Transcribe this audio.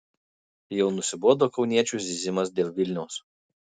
jau nusibodo kauniečių zyzimas dėl vilniaus